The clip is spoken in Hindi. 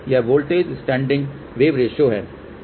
यह वोल्टेज स्टैंडिंग वेव रेशो है